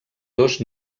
dos